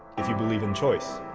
if you believe in choice,